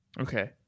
Okay